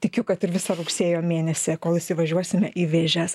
tikiu kad ir visą rugsėjo mėnesį kol įsivažiuosime į vėžes